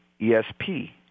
ESP